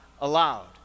allowed